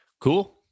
Cool